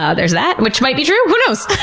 ah there's that, which might be true? who knows?